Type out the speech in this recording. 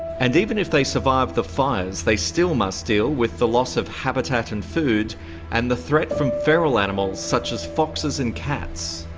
and even if they survive the fires, they still must deal with the loss of habitat and food and the threat from feral animals such as foxes and cats.